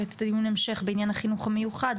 את דיון ההמשך בעניין החינוך המיוחד,